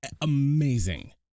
amazing